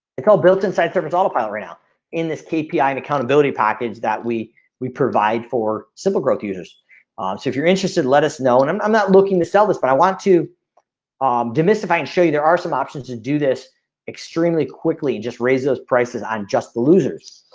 they call built inside service autopilot right now in this kp and accountability package that we we provide for simple growth users um so if you're interested, let us know and i'm i'm not looking to sell this but i want to um demystify and show you there are some options to do this extremely quickly just raise those prices on just the losers.